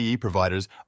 providers